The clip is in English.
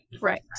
Right